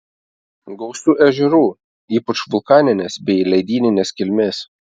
gausu ežerų ypač vulkaninės bei ledyninės kilmės